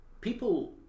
people